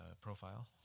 profile